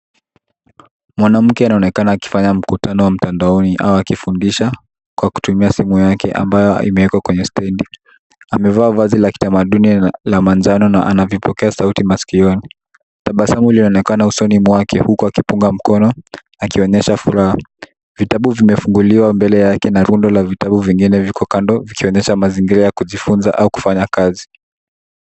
Mwanamke anaonekana akifanya mkutano wa mtandaoni au akifundisha kwa kutumia simu yake ambayo imewekwa kwenye stendi. Amevaa vazi la kitamaduni la manjano na ana vipokea sauti masikioni. Tabasamu inaonekana usoni mwake huku akipunga mkono akionyesha furaha. Vitabu vimefunguliwa mbele yake na rundo la vitabu vingine iko kando; ikionyesha mazingira ya kujifunza au kufanya kazi.